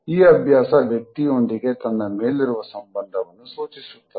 ಈ ಅಭ್ಯಾಸ ವ್ಯಕ್ತಿಯೊಂದಿಗೆ ತನ್ನ ಮೇಲಿರುವ ಸಂಬಂಧವನ್ನು ಸೂಚಿಸುತ್ತದೆ